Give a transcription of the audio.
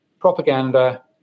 propaganda